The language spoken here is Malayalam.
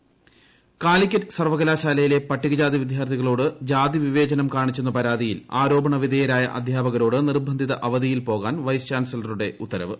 ജാതിവിവേചനം പരാതി കാലിക്കറ്റ് സർവകലാശാലയിലെ പട്ടികജാതി വിദ്യാർഥികളോട് ജാതിവിവേചനം കാണിച്ചെന്ന പരാതിയിൽ ആരോപണവിധേയരായ അധ്യാപകരോട് നിർബന്ധിത അവധിയിൽ പോകാൻ വൈസ് ചാൻസലറുടെ ഉത്തരവ്